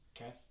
Okay